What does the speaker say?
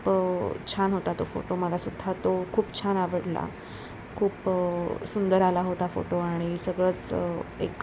खूप छान होता तो फोटो मलासुद्धा तो खूप छान आवडला खूप सुंदर आला होता फोटो आणि सगळंच एक